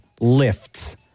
lifts